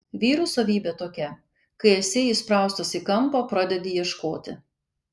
vyrų savybė tokia kai esi įspraustas į kampą pradedi ieškoti